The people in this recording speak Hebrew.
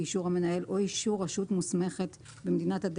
אישור המנהל או אישור רשות מוסמכת זרה